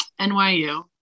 NYU